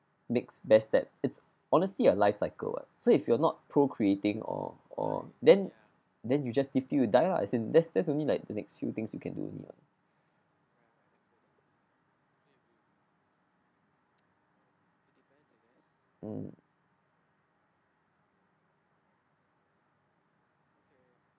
makes best that it's honestly your life cycle what so if you're not procreating or or then then you just live you die lah as in that's that's only like the next few things you can do only what mm